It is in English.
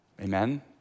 Amen